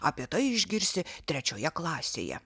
apie tai išgirsi trečioje klasėje